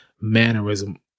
mannerism